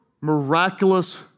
miraculous